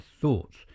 thoughts